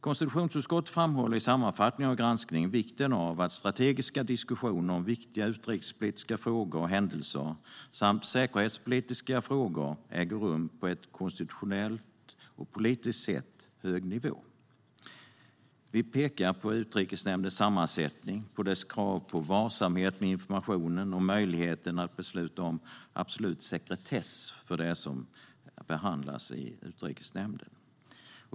Konstitutionsutskottet framhåller i sammanfattningen av granskningen vikten av att strategiska diskussioner om viktiga utrikespolitiska frågor och händelser samt säkerhetspolitiska frågor äger rum på en konstitutionellt och politiskt sett hög nivå. Vi pekar på Utrikesnämndens sammansättning, på dess krav på varsamhet med informationen och möjligheten att besluta om absolut sekretess för det som behandlas där.